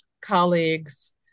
colleagues